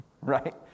right